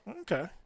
Okay